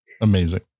Amazing